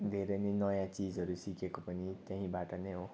धेरै नै नयाँ चिजहरू सिकेको पनि त्यहीँबाट नै हो